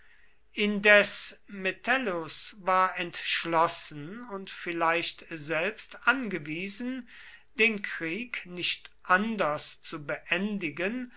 indes metellus war entschlossen und vielleicht selbst angewiesen den krieg nicht anders zu beendigen